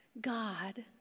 God